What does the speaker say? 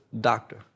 doctor